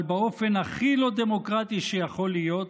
אבל באופן הכי לא דמוקרטי שיכול להיות,